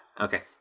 Okay